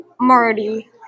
Marty